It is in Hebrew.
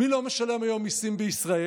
מי לא משלם היום מיסים בישראל?